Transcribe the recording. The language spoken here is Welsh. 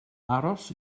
aros